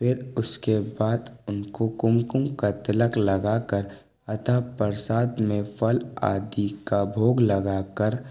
फिर उसके बाद उनको कुमकुम का तिलक लगाकर अतः प्रसाद में फल आदि का भोग लगाकर